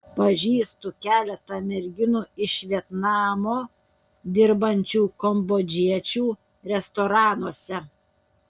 pažįstu keletą merginų iš vietnamo dirbančių kambodžiečių restoranuose